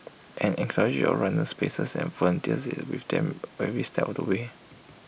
an entourage of runners pacers and volunteers is with them every step of the way